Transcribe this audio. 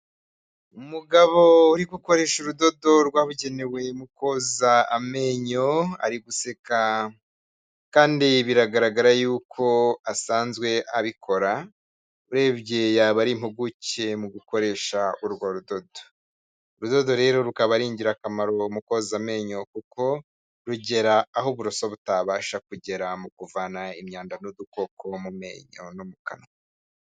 Umugabo uri gukoresha urudodo rwabugenewe mu koza amenyo, ari guseka kandi biragaragara yuko asanzwe abikora urebye yaba ari impuguke mu gukoresha urwo rudo, urudodo rero rukaba ari ingirakamaro mu koza amenyo kuko rugera aho uburoso butabasha kugera mu kuvana imyanda n'udukoko mu menyo no mu kanwa.